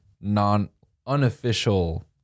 non-unofficial